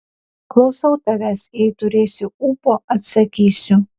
klausau tavęs jei turėsiu ūpo atsakysiu